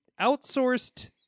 outsourced